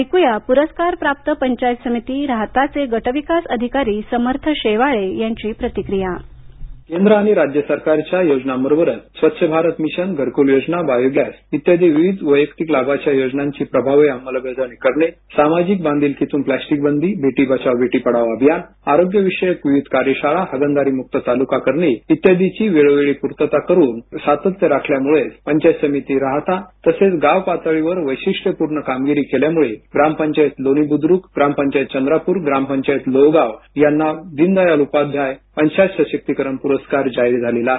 ऐकूया पुरस्कार प्राप्त पंचायत समिती राहता चे गट विकास अधिकारी समर्थ शेवाळे यांची प्रतिक्रीया बाईट समर्थ शेवाळे केंद्र आणि राज्य सरकारच्या योजनांबरोबरच स्वच्छ भारत मिशन घरक्ल योजना बायोगॅस इत्यादी विविध वयक्तिक लाभाच्या योजनांची प्रभावी अंमलबजावणी करणे सामाजिक बांधिलकीतून प्लास्टिक बंदी बेटी बचाव बेटी पढावो अभियान आरोग्य विषयीक विविध कार्यशाळा हागंदारीमुक्त तालुका करणे इत्यादीची वेळोवेळी पूर्तता करून सातत्य राखल्यामुळे पंचायत समिती राहता तसेच गाव पातळीवर वैशिष्ट्य पूर्ण कामगिरी केल्यामुळे ग्रामपंचायत लोणी बुद्रुक ग्रामपंचायत लोहगाव ग्रामपंचायत चंद्रपूर यांना दीनदयाळ उपाध्याय पंचायत सशक्तीकरण पूरस्कार जाहीर झालेला आहे